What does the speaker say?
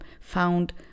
found